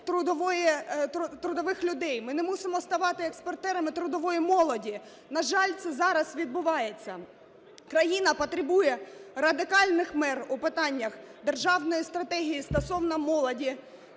трудових людей, ми не мусимо ставати експортерами трудової молоді. На жаль, це зараз відбувається. Країна потребує радикальних мір у питаннях державної стратегії стосовно молоді,